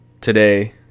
Today